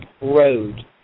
Road